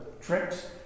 tricks